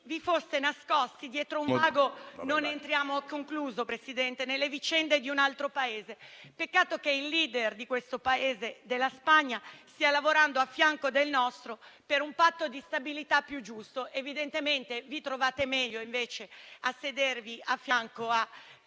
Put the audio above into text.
vi foste nascosti dietro un ago. Non entriamo - ho concluso, Presidente - nelle vicende di un altro Paese. Peccato che il *leader* di questo Paese, della Spagna, stia lavorando a fianco del nostro per un Patto di stabilità più giusto. Evidentemente vi trovate meglio, invece, a sedervi a fianco a